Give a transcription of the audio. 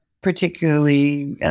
particularly